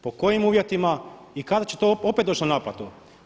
Po kojim uvjetima i kada će to opet doći na naplatu.